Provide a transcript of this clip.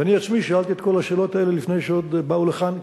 ואני עצמי שאלתי את כל השאלות האלה עוד לפני שבאו לכאן,